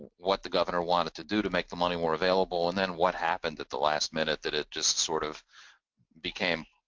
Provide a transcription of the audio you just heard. what the governor wanted to do to make the money more available and then what happened at the last minute that it just sort of became,